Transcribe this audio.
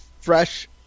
fresh